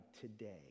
today